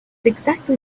exactly